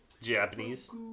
Japanese